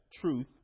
truth